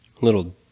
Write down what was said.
little